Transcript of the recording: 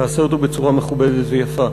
תעשה אותו בצורה מכובדת ויפה.